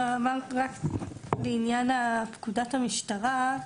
רק לעניין פקודת המשטרה,